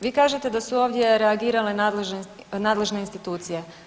Vi kažete da su ovdje reagirale nadležne institucije.